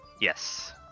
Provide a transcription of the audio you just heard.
Yes